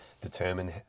determine